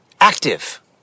Active